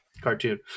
cartoon